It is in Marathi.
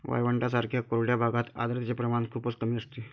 वाळवंटांसारख्या कोरड्या भागात आर्द्रतेचे प्रमाण खूपच कमी असते